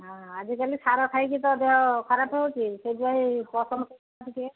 ହଁ ଆଜିକାଲି ସାର ଖାଇକି ତ ଦେହ ଖରାପ ହେଉଛି ସେଥିପାଇଁ